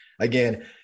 Again